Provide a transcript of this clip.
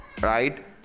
right